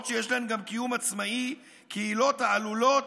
שיש להן גם קיום עצמאי כעילות העלולות,